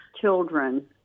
children